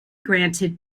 granted